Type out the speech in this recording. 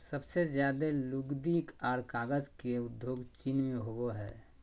सबसे ज्यादे लुगदी आर कागज के उद्योग चीन मे होवो हय